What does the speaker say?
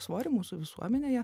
svorį mūsų visuomenėje